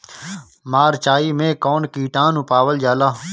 मारचाई मे कौन किटानु पावल जाला?